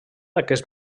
aquest